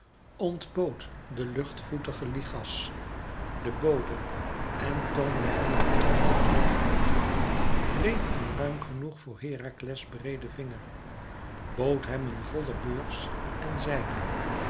ontbood den luchtvoetigen lichas den bode en toonde hem een ring van rood goud breed en ruim genoeg voor herakles breeden vinger bood hem een volle beurs en zeide